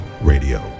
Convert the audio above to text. Radio